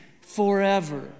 Forever